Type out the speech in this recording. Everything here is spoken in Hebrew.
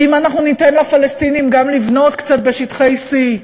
ואם אנחנו ניתן לפלסטינים גם לבנות קצת בשטחי C,